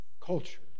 culture